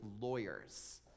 lawyers